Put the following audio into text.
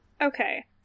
Okay